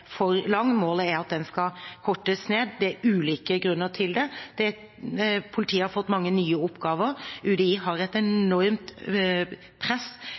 for lang. Målet er at den skal kortes ned. Det er ulike grunner til dette. Politiet har fått mange nye oppgaver, og UDI har et enormt press,